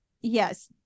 Yes